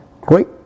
great